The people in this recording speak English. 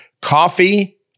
coffee